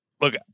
look